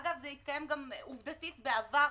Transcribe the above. אגב, זה התקיים עובדתית כך בעבר.